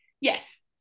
Yes